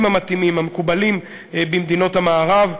המתאימים המקובלים במדינות המערב.